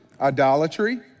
idolatry